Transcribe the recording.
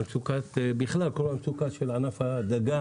על המצוקה של ענף הדגה